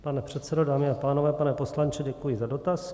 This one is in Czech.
Pane předsedo, dámy a pánové, pane poslanče, děkuji za dotaz.